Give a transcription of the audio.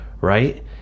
right